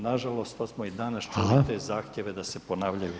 Nažalost, to smo i danas čuli [[Upadica: Hvala]] te zahtjeve da se ponavljaju u HS.